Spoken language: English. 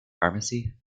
pharmacy